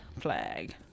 flag